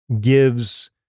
gives